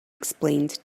explained